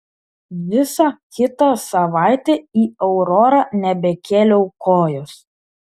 visą kitą savaitę į aurorą nebekėliau kojos